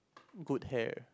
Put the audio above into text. good hair